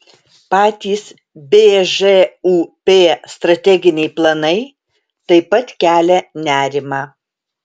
patys bžūp strateginiai planai taip pat kelia nerimą